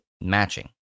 matching